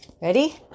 Ready